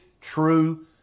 true